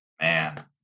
man